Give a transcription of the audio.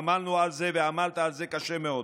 עמלנו על זה ועמלת על זה קשה מאוד,